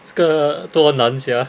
这个多难 sia